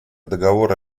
договора